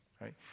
Right